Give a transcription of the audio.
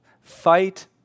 fight